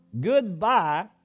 goodbye